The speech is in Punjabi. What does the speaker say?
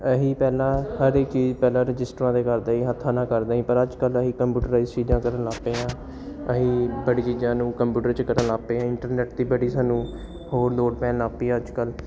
ਅਸੀਂ ਪਹਿਲਾਂ ਹਰ ਇੱਕ ਚੀਜ਼ ਪਹਿਲਾਂ ਰਜਿਸਟਰਾਂ 'ਤੇ ਕਰਦੇ ਸੀ ਹੱਥਾਂ ਨਾਲ ਕਰਦੇ ਸੀ ਪਰ ਅੱਜ ਕੱਲ੍ਹ ਅਸੀਂ ਕੰਪਿਊਟਰਾਇਜ਼ ਚੀਜ਼ਾਂ ਕਰਨ ਲੱਗ ਪਏ ਹਾਂ ਅਸੀਂ ਬੜੀ ਚੀਜ਼ਾਂ ਨੂੰ ਕੰਪਿਊਟਰ 'ਚ ਕਰਨ ਲੱਗ ਪਏ ਇੰਟਰਨੇਟ ਦੀ ਬੜੀ ਸਾਨੂੰ ਹੋਰ ਲੋੜ ਪੈਣ ਲੱਗ ਪਈ ਹੈ ਅੱਜ ਕੱਲ੍ਹ